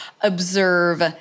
observe